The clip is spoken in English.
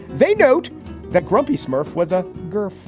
they note that grumpy smurf was a girl.